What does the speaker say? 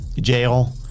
jail